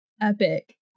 epic